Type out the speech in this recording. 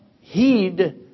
heed